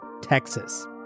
Texas